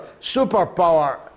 superpower